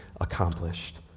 accomplished